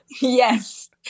Yes